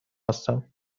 هستم